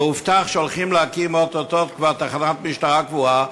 והובטח שאו-טו-טו הולכים להקים תחנת משטרה קבועה,